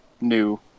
new